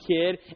kid